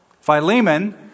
Philemon